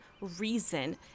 reason